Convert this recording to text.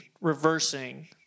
reversing